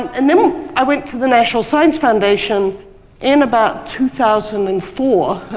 and then i went to the national science foundation in about two thousand and four,